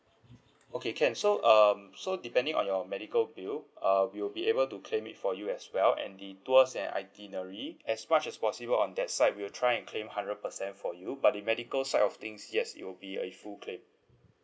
okay can so um so depending on your medical bill uh we'll be able to claim it for you as well and the tours and itinerary as much as possible on that side we'll try and claim hundred percent for you but the medical side of things yes it will be a full claim